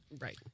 Right